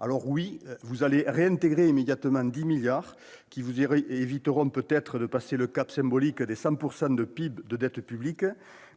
Certes, vous allez réintégrer immédiatement 10 milliards d'euros, ce qui vous évitera peut-être de passer le cap symbolique des 100 % de PIB de dette publique.